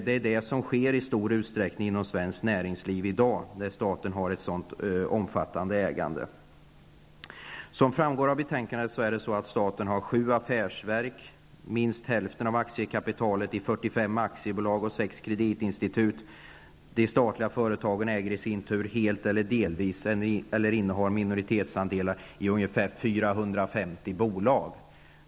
Så är det i stor utsträckning inom svenskt näringsliv i dag, där staten har ett så omfattande ägande. Som framgår av betänkandet har staten sju affärsverk och minst hälften av aktiekapitalet i 45 aktiebolag och sex kreditinstitut. De statliga företagen äger i sin tur helt eller delvis eller innehar minoritetsandelar i ungefär 450 bolag.